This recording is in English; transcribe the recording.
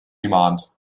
demand